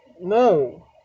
No